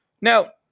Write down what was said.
Now